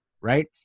right